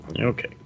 Okay